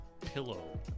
pillow